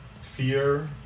Fear